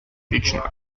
fictional